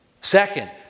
Second